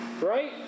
right